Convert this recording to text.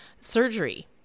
surgery